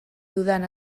dudan